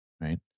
Right